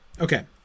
Okay